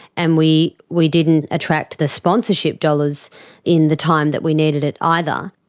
and we we didn't attract the sponsorship dollars in the time that we needed it either.